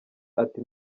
ati